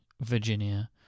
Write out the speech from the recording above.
Virginia